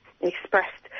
expressed